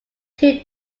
two